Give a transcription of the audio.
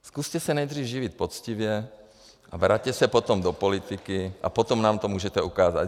Zkuste se nejdřív živit poctivě a vraťte se potom do politiky, a potom nám to můžete ukázat.